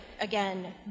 again